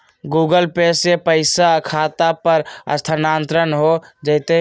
Google Pay से पईसा खाता पर स्थानानंतर हो जतई?